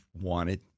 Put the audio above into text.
wanted